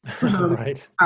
Right